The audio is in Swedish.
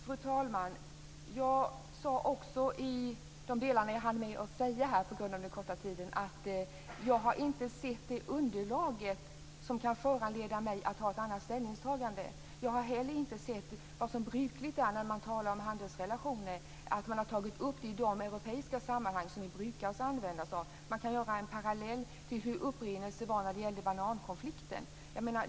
Fru talman! Jag sade också, i de delar jag hann med att säga på den korta tid jag hade, att jag inte sett det underlag som kan föranleda mig att göra ett annat ställningstagande. Jag har inte heller sett vad som brukligt är när man talar om handelsrelationer, dvs. att man tagit upp det hela i de europeiska sammanhang som vi brukar använda oss av. Man kan dra en parallell med hur upprinnelsen var när det gällde banankonflikten.